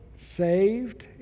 saved